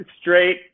straight